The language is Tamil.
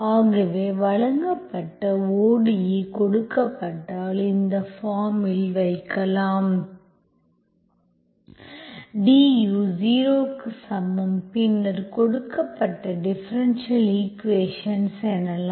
ஆகவே வழங்கப்பட்ட ODE கொடுக்கப்பட்டால் இந்த பார்ம் இல் வைக்கலாம்du 0 க்கு சமம் பின்னர் கொடுக்கப்பட்ட டிஃபரென்ஷியல் ஈக்குவேஷன்ஸ் எனலாம்